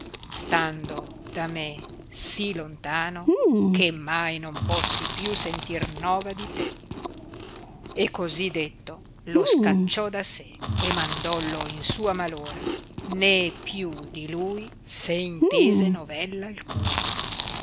stando da me sì lontano che mai non possi più sentir nova di te e così detto lo scacciò da sé e mandollo in sua mal ora né più di lui se intese novella alcuna